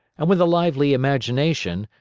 and with a lively imagination,